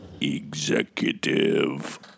executive